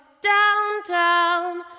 downtown